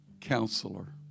Counselor